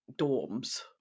dorms